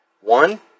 one